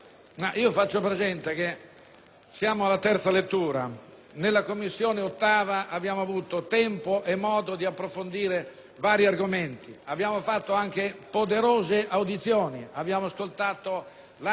siamo alla terza lettura. Nell'8a Commissione abbiamo avuto tempo e modo di approfondire vari argomenti. Abbiamo fatto anche poderose audizioni. Abbiamo ascoltato l'ANCE, l'AGI, l'IGI